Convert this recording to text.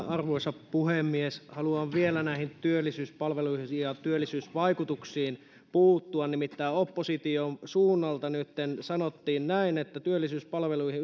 arvoisa puhemies haluan vielä näihin työllisyyspalveluihin ja työllisyysvaikutuksiin puuttua nimittäin opposition suunnalta nytten sanottiin näin että työllisyyspalveluihin